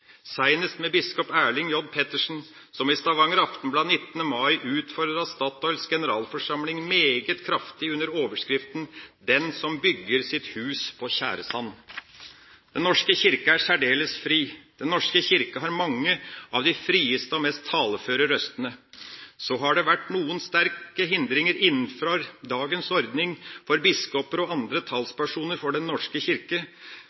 med biskop Erling J. Pettersen, som i Stavanger Aftenblad den 19. mai utfordret Statoils generalforsamling meget kraftig under overskriften: «Den som bygger sitt hus på tjæresand.» Den norske kirke er særdeles fri. Den norske kirke har mange av de frieste og mest taleføre røstene. Har det vært noen sterke hindringer innenfor dagens ordning for biskoper og andre talspersoner for Den norske kirke